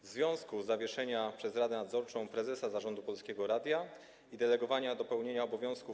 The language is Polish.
W związku z zawieszeniem przez Radę Nadzorczą prezesa Zarządu Polskiego Radia i delegowania do pełnienia obowiązków